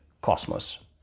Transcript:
cosmos